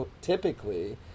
typically